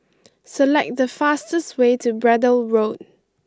select the fastest way to Braddell Road